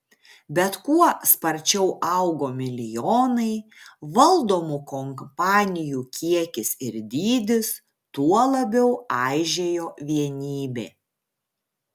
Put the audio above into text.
bet kuo sparčiau augo milijonai valdomų kompanijų kiekis ir dydis tuo labiau aižėjo vienybė